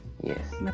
Yes